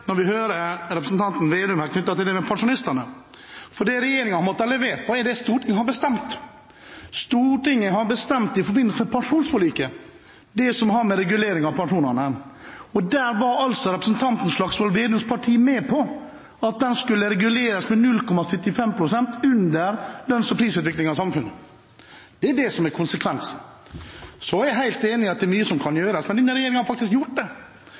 når vi hører representanten Slagsvold Vedum her knyttet til det med pensjonistene. Det regjeringen har måttet levere, er det Stortinget har bestemt. Stortinget har i forbindelse med pensjonsforliket bestemt det som har å gjøre med regulering av pensjonene. Der var altså representanten Slagsvold Vedums parti med på at den skulle reguleres med 0,75 pst. under lønns- og prisutviklingen i samfunnet. Det er det som er konsekvensen. Så er jeg helt enig i at det er mye som kan gjøres, men denne regjeringen har faktisk gjort det,